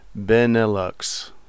Benelux